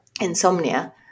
insomnia